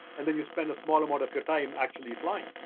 and then you spend a small amount of your time actually flying.